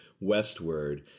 westward